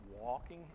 walking